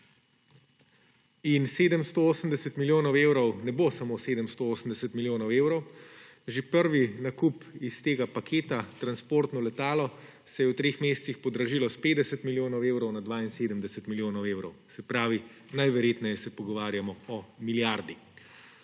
In 780 milijonov evrov ne bo samo 780 milijonov evrov. Že prvi nakup iz tega paketa, transportno letalo, se je v treh mesecih podražil s 50 milijonov evrov na 72 milijonov evrov. Se pravi, najverjetneje se pogovarjamo o milijardi.